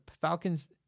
Falcons